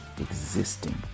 existing